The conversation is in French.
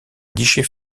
guichet